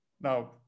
now